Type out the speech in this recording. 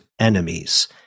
enemies